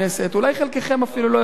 אולי חלקכם אפילו לא יודעים,